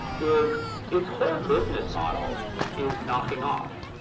is its whole business model is knocking off.